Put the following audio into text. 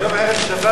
היום ערב שבת,